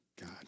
God